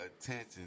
attention